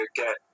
get